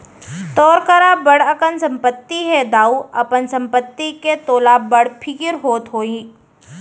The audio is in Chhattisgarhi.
तोर करा बड़ अकन संपत्ति हे दाऊ, अपन संपत्ति के तोला बड़ फिकिर होत होही